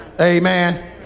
Amen